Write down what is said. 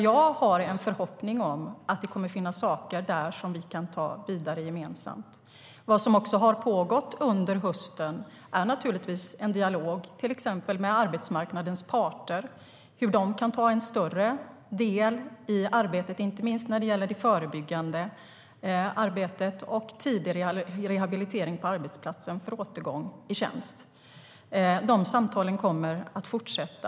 Jag har en förhoppning om att det kommer att finnas saker där som vi kan ta vidare gemensamt. Vad som också har pågått under hösten är en dialog till exempel med arbetsmarknadens parter om hur de kan ta en större del i arbetet, inte minst när det gäller det förebyggande arbetet och tidig rehabilitering på arbetsplatsen för återgång i tjänst. Dessa samtal kommer att fortsätta.